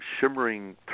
shimmering